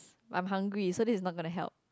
I'm hungry so this is not gonna help